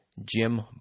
Jim